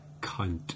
cunt